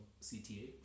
CTA